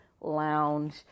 lounge